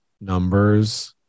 numbers